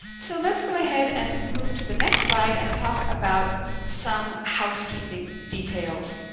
so let's go ahead and move to the next slide and talk about some housekeeping details.